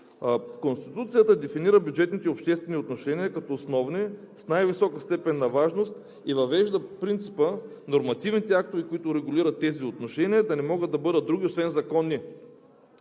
„Конституцията дефинира бюджетните обществени отношения като основни с най-висока степен на важност. Въвежда принципа – нормативните актове, които регулират тези отношения, да не могат да бъдат други освен законни.“